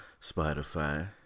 Spotify